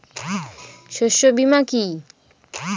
শস্য বীমা কি?